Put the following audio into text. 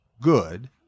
good